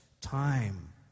time